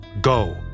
Go